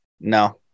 No